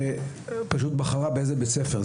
ופשוט בחרה באיזה בית ספר.